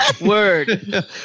Word